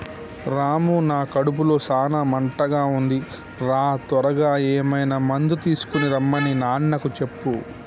రాము నా కడుపులో సాన మంటగా ఉంది రా త్వరగా ఏమైనా మందు తీసుకొనిరమన్ని నాన్నకు చెప్పు